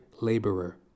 laborer